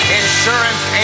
insurance